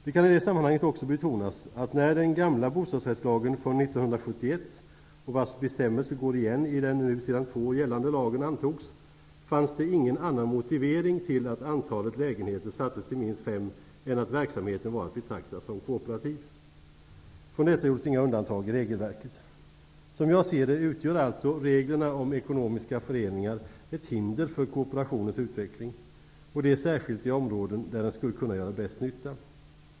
Det kan i det sammanhanget också betonas att det när den gamla bostadsrättslagen från år 1971 -- vars bestämmelser går igen i den nu sedan två år gällande lagen -- antogs inte fanns någon annan motivering till att antalet lägenheter sattes till minst fem än att verksamheten var att betrakta som kooperativ. Från detta gjordes inga undantag i regelverket. Som jag ser det utgör alltså reglerna om ekonomiska föreningar ett hinder för kooperationens utveckling, och det särskilt i områden där den skulle kunna göra bäst nytta.